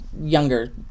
younger